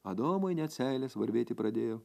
adomui net seilės varvėti pradėjo